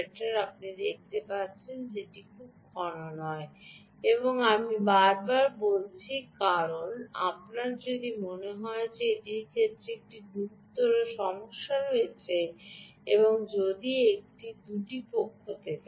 আপনি দেখতে পাচ্ছেন যে এটি খুব ঘন নয় এবং আমি বারবার বলছি কারণ আপনার যদি মনে করতে হয় যে এটির ক্ষেত্রে একটি গুরুতর সমস্যা রয়েছে এবং যদি এর দুটি পক্ষ থাকে